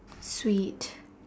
sweet